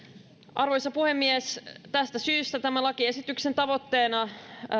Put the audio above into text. arvoisa puhemies tästä syystä tämän lakiesityksen tavoitteena